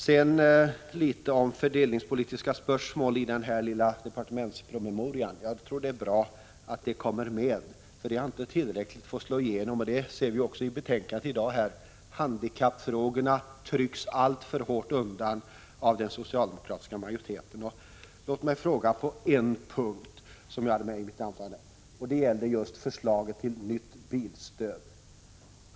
Sedan litet om fördelningspolitiska spörsmål i denna departementspromemoria: Jag tror det är bra att detta kommer med — det har inte fått slå igenom tillräckligt, och det ser vi också i betänkandet i dag. Handikappfrågorna trycks undan alltför hårt av den socialdemokratiska majoriteten. Låt mig ställa en fråga på en punkt som jag hade med i mitt anförande. Det gäller förslaget till nytt bilstöd.